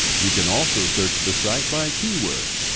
you can also search the site by keyword,